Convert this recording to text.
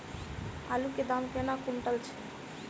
आलु केँ दाम केना कुनटल छैय?